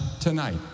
tonight